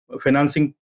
financing